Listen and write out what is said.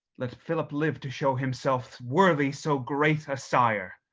let philip live to show himself worthy so great a sire.